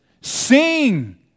Sing